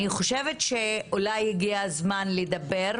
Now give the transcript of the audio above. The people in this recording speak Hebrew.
אולי הגיע הזמן לדבר,